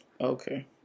Okay